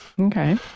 Okay